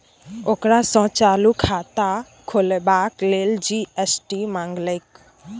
ओकरा सँ चालू खाता खोलबाक लेल जी.एस.टी मंगलकै